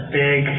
big